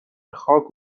خاک